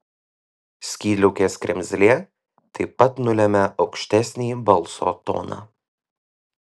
skydliaukės kremzlė taip pat nulemia aukštesnį balso toną